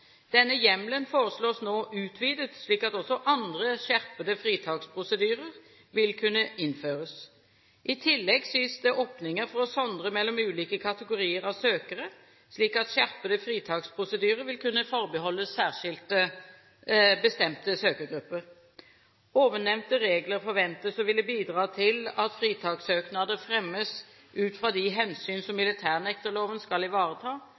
Denne hjemmelen foreslås nå utvidet, slik at også andre skjerpede fritaksprosedyrer vil kunne innføres. I tillegg gis det åpninger for å sondre mellom ulike kategorier av søkere, slik at skjerpede fritaksprosedyrer vil kunne forbeholdes bestemte søkergrupper. Ovennevnte regler forventes å ville bidra til at fritakssøknader fremmes ut fra de hensyn som militærnekterloven skal ivareta,